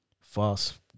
false